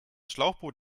schlauchboot